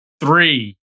Three